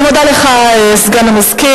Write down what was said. אני מודה לך, סגן המזכיר.